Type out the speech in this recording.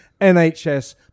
NHS